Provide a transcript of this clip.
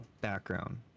background